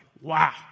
Wow